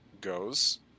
goes